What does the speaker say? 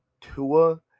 Tua